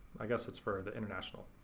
i guess it's for the international.